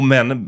Men